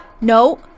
No